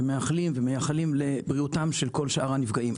מאחלים ומייחלים לבריאותם של כל שאר הנפגעים.